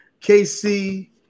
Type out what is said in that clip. KC